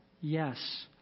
yes